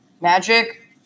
Magic